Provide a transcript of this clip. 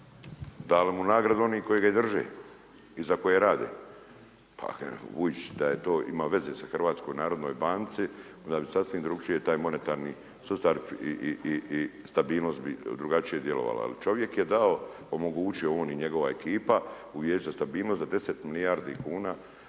Dali mu nagradu oni koji ga i drže i za koje rade, Vujić da je to ima veze sa HNB-ci onda bi sasvim drukčije taj monetarni sustav i stabilnost bi drugačije djelovala, jer čovjek je dao, omogućio on i njegova ekipa u Vijeće stabilnosti za 10 milijardi kuna